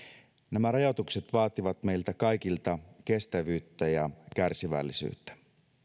nämä rajoitukset vaativat meiltä kaikilta kestävyyttä ja kärsivällisyyttä